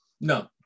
No